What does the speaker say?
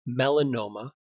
melanoma